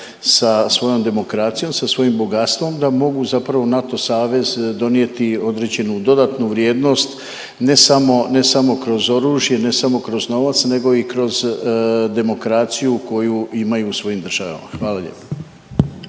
sa svojom demokracijom i sa svojim bogatstvom da mogu zapravo u NATO savez donijeti određenu dodatnu vrijednost ne samo, ne samo kroz oružje, ne samo kroz novac, nego i kroz demokraciju koju imaju u svojim državama. Hvala lijepo.